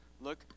Look